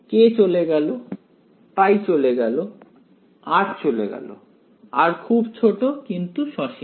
k চলে গেল π চলে গেল r চলে গেল r খুব ছোট কিন্তু সসীম